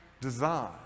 design